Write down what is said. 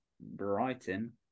Brighton